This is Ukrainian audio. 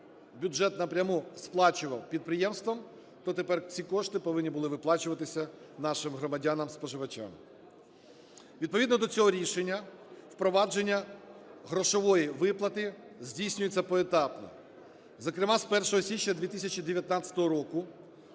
бюджет напряму сплачував підприємствам, то тепер ці кошти повинні були виплачуватися нашим громадянам, споживачам. Відповідно до цього рішення впровадження грошової виплати здійснюється поетапно. Зокрема, з 1 січня 2019 року